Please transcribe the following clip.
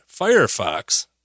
Firefox